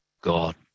God